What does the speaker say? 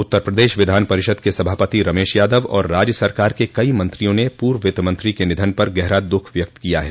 उत्तर प्रदेश विधान परिषद के सभापति रमेश यादव और राज्य सरकार के कई मंत्रियों ने पूर्व वित्तमंत्री के निधन पर गहरा दुःख व्यक्त किया है